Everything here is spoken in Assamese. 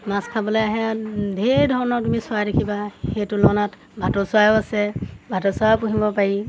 মাছ খাবলৈ আহে ঢ়েৰ ধৰণৰ তুমি চৰাই দেখিবা সেই তুলনাত ভাটৌ চৰাইও আছে ভাটৌ চৰাইও পুহিব পাৰি